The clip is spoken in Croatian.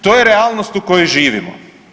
To je realnost u kojoj živimo.